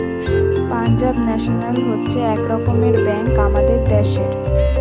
Punjab national হচ্ছে এক রকমের ব্যাঙ্ক আমাদের দ্যাশের